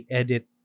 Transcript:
edit